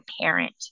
parent